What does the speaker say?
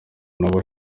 nabo